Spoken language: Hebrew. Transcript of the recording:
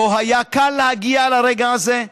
לא היה קל להגיע לרגע הזה.